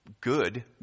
good